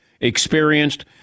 experienced